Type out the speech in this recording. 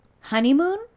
honeymoon